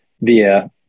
via